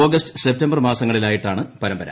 August September മാസങ്ങളിലായിട്ടാണ് പരമ്പര